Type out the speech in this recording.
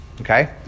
Okay